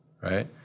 right